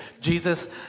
Jesus